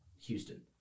Houston